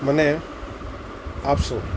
મને આપશો